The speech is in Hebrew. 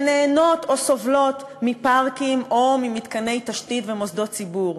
שנהנות או סובלות מפארקים או ממתקני תשתית ומוסדות ציבור,